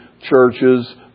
churches